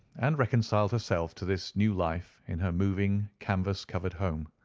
and reconciled herself to this new life in her moving canvas-covered home.